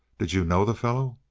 did you know the fellow?